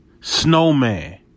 Snowman